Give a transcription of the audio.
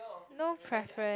no preference